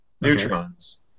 Neutrons